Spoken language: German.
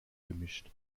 gemischt